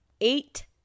eight